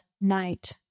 night